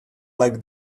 like